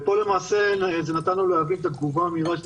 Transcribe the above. ופה למעשה זה נתן להביא את התגובה המהירה של